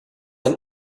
ein